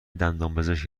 دندانپزشک